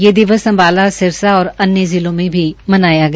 ये दिवस अम्बाला सिरसा और अन्य जिलों में भी मनाया गया